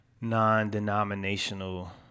non-denominational